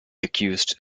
accused